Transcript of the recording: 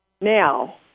Now